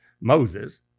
Moses